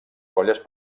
colles